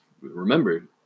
remember